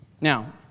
Now